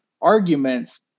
arguments